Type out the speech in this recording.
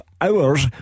hours